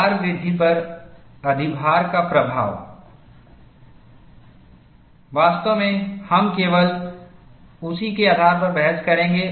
दरार वृद्धि पर अधिभार का प्रभाव वास्तव में हम केवल उसी के आधार पर बहस करेंगे